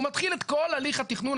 הוא מתחיל את כל הליך התכנון,